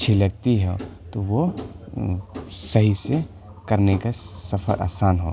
اچھی لگتی ہے تو وہ صحیح سے کرنے کا سفر آسان ہو